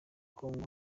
kongo